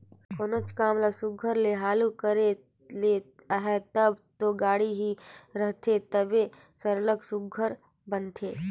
कोनोच काम ल सुग्घर ले हालु करे ले अहे तब दो गाड़ी ही रहथे तबे सरलग सुघर बनथे